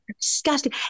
Disgusting